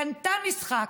קנתה משחק.